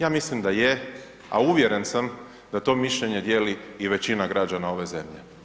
Ja mislim da je, a uvjeren sam da to mišljenje dijeli i većina građana ove zemlje.